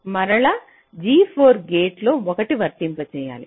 మరలా G4 gate లో 1 వర్తింప చేయాలి